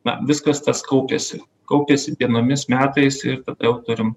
na viskas tas kaupiasi kaupiasi dienomis metais ir tada jau turim